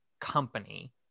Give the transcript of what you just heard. company